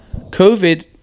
covid